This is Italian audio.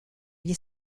gli